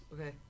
Okay